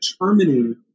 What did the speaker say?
determining